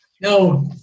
No